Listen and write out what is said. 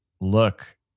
look